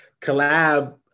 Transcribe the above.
collab